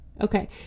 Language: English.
okay